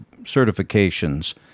certifications